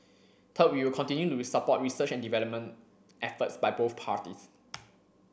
third we will continue to support research and development efforts by both parties